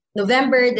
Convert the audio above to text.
November